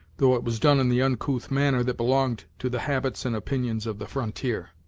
though it was done in the uncouth manner that belonged to the habits and opinions of the frontier.